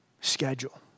schedule